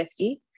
50